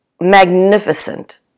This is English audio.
magnificent